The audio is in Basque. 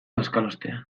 bazkalostean